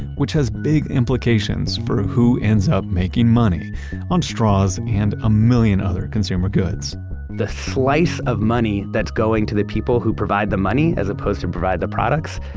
which has big implications for who ends up making money on straws, and a million other consumer goods the slice of money that's going to the people who provide the money, as opposed to providing the products,